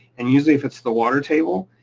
and usually if it's the water table,